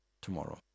tomorrow